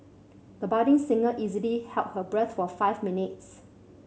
the budding singer easily held her breath for five minutes